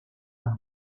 amb